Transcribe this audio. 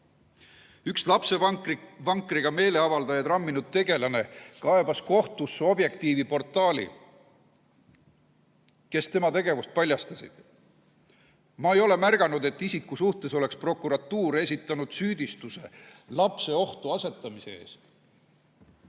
Üks lapsevankriga meeleavaldajaid ramminud tegelane kaebas kohtusse Objektiivi portaali, kes tema tegevuse paljastas. Ma ei ole märganud, et selle isiku suhtes oleks prokuratuur esitanud süüdistuse lapse ohtu asetamise eest.